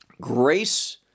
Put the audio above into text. grace